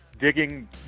digging